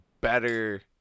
better